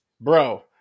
Bro